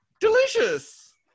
delicious